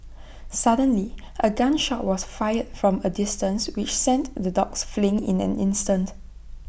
suddenly A gun shot was fired from A distance which sent the dogs fleeing in an instant